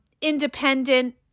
independent